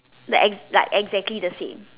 the exact like exactly the same